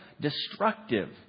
destructive